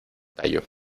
tallo